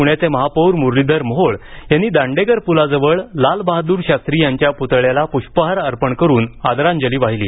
पुण्याचे महापौर मुरलीधर मोहोळ यांनी दांडेकर पुलाजवळ लालबहादूर शास्त्री यांच्या पुतळ्याला पुष्पहार अर्पण करून आदरांजली वाहिली